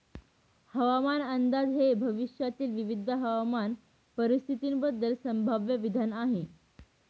हवामान अंदाज हे भविष्यातील विविध हवामान परिस्थितींबद्दल संभाव्य विधान आहे